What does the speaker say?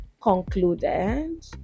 concluded